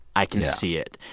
i can see it.